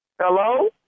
Hello